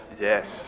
Yes